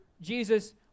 Jesus